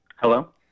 Hello